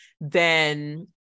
then-